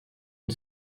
une